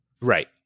Right